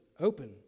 open